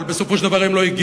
אבל בסופו של דבר הם לא הגיעו,